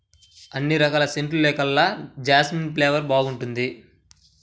అన్ని రకాల సెంటుల్లోకెల్లా జాస్మిన్ ఫ్లేవర్ బాగుంటుంది